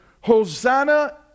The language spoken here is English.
Hosanna